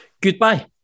Goodbye